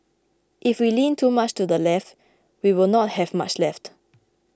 if we lean too much to the left we will not have much left